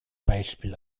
beispiel